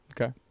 Okay